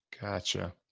Gotcha